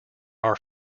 are